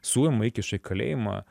suima įkiša į kalėjimą